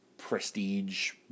Prestige